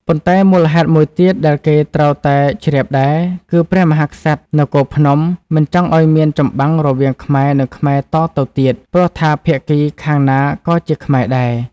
ប៉ុន្តែមូលហេតុមួយទៀតដែលគេត្រូវតែ ជ្រាបដែរ គឺព្រះមហាក្សត្រនគរភ្នំ មិនចង់ឱ្យមានចម្បាំងរវាងខ្មែរនឹងខ្មែរតទៅទៀត ព្រោះថាភាគីខាងណាក៏ជាខ្មែរដែរ។